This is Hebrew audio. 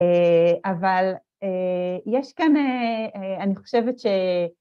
אהה אבל אהה יש כאן, אני חושבת ש...